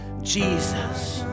Jesus